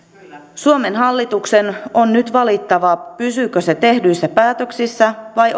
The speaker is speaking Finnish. suomen hallituksen on nyt valittava pysyykö se tehdyissä päätöksissä vai